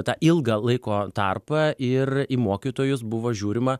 tą ilgą laiko tarpą ir į mokytojus buvo žiūrima